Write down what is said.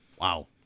Wow